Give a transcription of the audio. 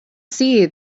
see